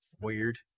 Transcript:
Weird